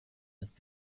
ist